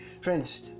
Friends